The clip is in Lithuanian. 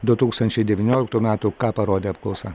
du tūkstančiai devynioliktų metų ką parodė apklausa